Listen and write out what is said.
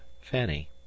Fanny